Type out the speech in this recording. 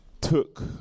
took